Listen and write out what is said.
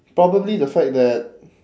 probably the fact that